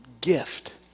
gift